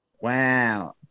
Wow